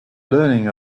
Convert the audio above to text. learning